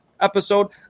episode